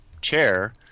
chair